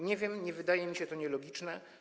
Nie wiem, nie wydaje mi się to nielogiczne.